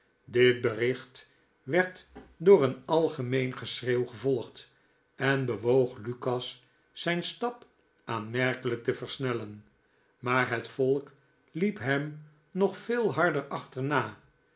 dit bericht werd door een algemeen geschreeuw gevolgd en bewoog lukas zijn stap aanmerkelijk te versnellen maar het volk liep hem nog veel harder achterna